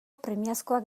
premiazkoak